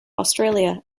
australia